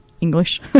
English